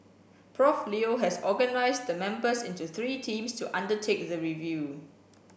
Prof Leo has organised the members into three teams to undertake the review